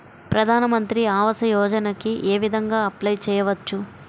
ప్రధాన మంత్రి ఆవాసయోజనకి ఏ విధంగా అప్లే చెయ్యవచ్చు?